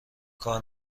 کار